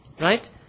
right